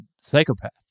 psychopath